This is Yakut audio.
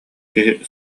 киһи